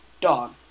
dog